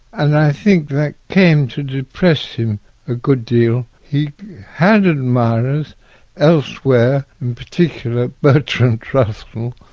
and i think that came to depress him a good deal. he had admirers elsewhere, in particular bertrand russell.